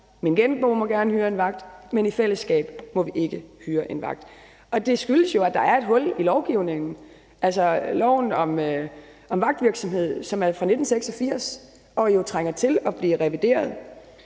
Min genbo må gerne hyre en vagt, men i fællesskab må vi ikke hyre en vagt. Det skyldes jo, at der er et hul i lovgivningen. Loven om vagtvirksomhed er fra 1986 og trænger til at blive revideret,